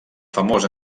famós